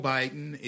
Biden